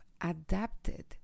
adapted